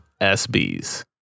SBs